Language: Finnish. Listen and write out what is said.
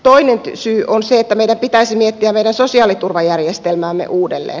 toinen syy on se että meidän pitäisi miettiä meidän sosiaaliturvajärjestelmäämme uudelleen